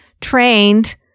trained